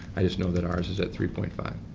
i just know that our's is at three point five.